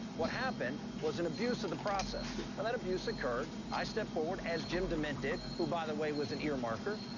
what happened was an abuse of the process. when that abuse occurred, i stepped forward, as jim demint did, who, by the way, was an earmarker,